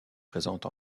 présente